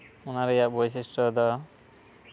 ᱱᱚᱣᱟ ᱨᱮᱭᱟᱜ ᱵᱳᱭᱥᱤᱥᱴᱚ ᱫᱚ